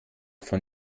von